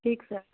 ठीक सर